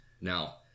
Now